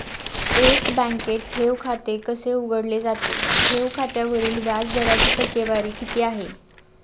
Yes बँकेत ठेव खाते कसे उघडले जाते? ठेव खात्यावरील व्याज दराची टक्केवारी किती आहे?